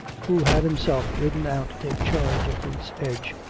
who had himself ridden out to take charge at booth's edge,